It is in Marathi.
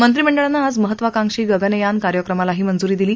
मंत्रिमंडळानं आज महत्वाकांक्षी गगनयान कार्यक्रमालाही मंजूरी दिली